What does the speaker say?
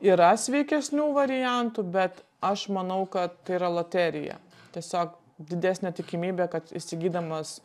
yra sveikesnių variantų bet aš manau kad tai yra loterija tiesiog didesnė tikimybė kad įsigydamas